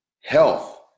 health